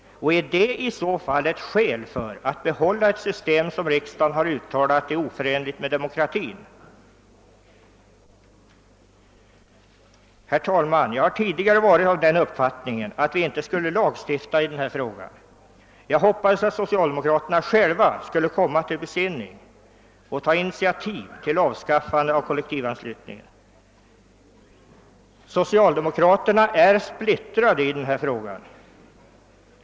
är det i så fall ett skäl till att behålla ett system som riksdagen betecknat som oförenligt med demokratin? Herr talman! Jag har tidigare varit av den uppfattningen att vi inte skall lagstifta i den här frågan. Jag hoppades att socialdemokraterna själva skulle komma till besinning och ta initiativ till avskaffande av kollektivanslutningen. Socialdemokraterna är emellertid splittrade i den här frågan.